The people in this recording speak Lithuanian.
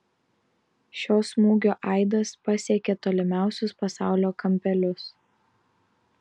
šio smūgio aidas pasiekė tolimiausius pasaulio kampelius